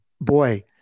boy